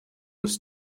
was